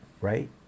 right